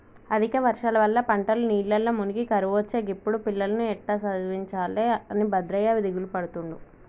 అధిక వర్షాల వల్ల పంటలు నీళ్లల్ల మునిగి కరువొచ్చే గిప్పుడు పిల్లలను ఎట్టా చదివించాలె అని భద్రయ్య దిగులుపడుతుండు